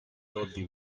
lobby